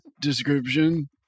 description